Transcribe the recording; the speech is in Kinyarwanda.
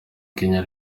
kenya